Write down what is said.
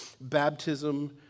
baptism